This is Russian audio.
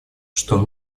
что